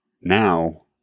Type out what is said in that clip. now